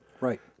Right